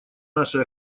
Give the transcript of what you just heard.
нашей